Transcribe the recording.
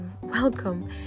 welcome